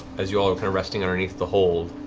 as you all are resting underneath the hold,